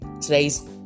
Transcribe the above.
today's